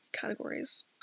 categories